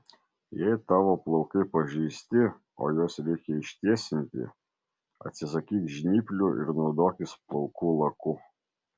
jei tavo plaukai pažeisti o juos reikia ištiesinti atsisakyk žnyplių ir naudokis plaukų laku